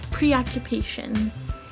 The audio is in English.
preoccupations